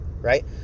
Right